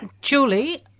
Julie